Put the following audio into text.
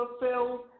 fulfilled